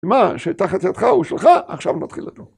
מה שתחת ידך הוא שלך, עכשיו נתחיל איתו.